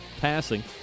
passing